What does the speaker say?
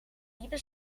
diepe